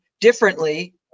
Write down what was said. differently